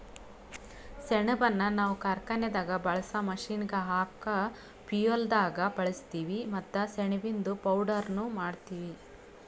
ಸೆಣಬನ್ನ ನಾವ್ ಕಾರ್ಖಾನೆದಾಗ್ ಬಳ್ಸಾ ಮಷೀನ್ಗ್ ಹಾಕ ಫ್ಯುಯೆಲ್ದಾಗ್ ಬಳಸ್ತೀವಿ ಮತ್ತ್ ಸೆಣಬಿಂದು ಪೌಡರ್ನು ಮಾಡ್ತೀವಿ